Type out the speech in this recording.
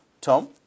Tom